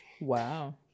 Wow